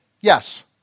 Yes